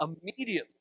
Immediately